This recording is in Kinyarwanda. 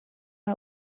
uyu